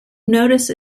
notice